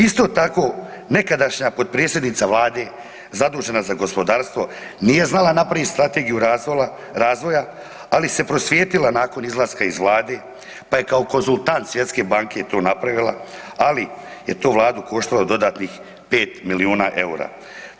Isto tako nekadašnja potpredsjednica vlade zadužena za gospodarstvo nije znala napraviti strategiju razvoja, ali se prosvijetlila nakon izlaska iz vlade, pa je kao konzultant Svjetske banke to napravila, ali je to vladu koštalo dodatnih 5 milijuna EUR-a.